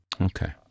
Okay